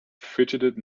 fidgeted